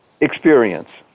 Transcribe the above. experience